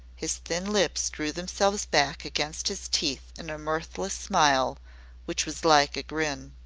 his thin lips drew themselves back against his teeth in a mirthless smile which was like a grin.